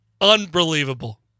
Unbelievable